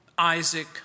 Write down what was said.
Isaac